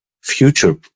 future